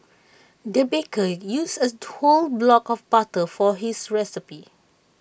the baker used A whole block of butter for this recipe